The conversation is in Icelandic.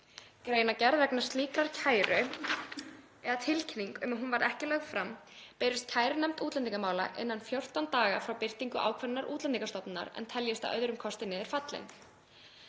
Greinargerð vegna slíkrar kæru, eða tilkynning um að hún verði ekki lögð fram, berist kærunefnd útlendingamála innan 14 daga frá birtingu ákvörðunar Útlendingastofnunar en teljist að öðrum kosti niður fallin.